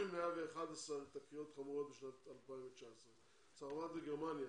111 תקריות חמורות בשנת 2019. בצרפת וגרמניה